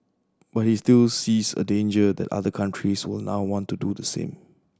but he still sees a danger that other countries will now want to do the same